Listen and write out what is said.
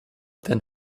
then